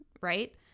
right